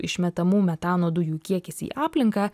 išmetamų metano dujų kiekis į aplinką